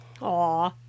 Aw